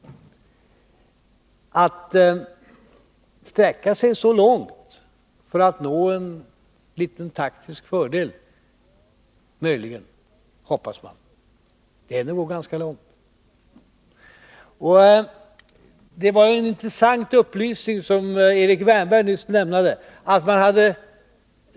Att sträcka sig så långt för att möjligen nå en liten taktisk fördel är att gå ganska långt. Det var en intressant upplysning som Erik Wärnberg nyss lämnade.